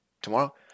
tomorrow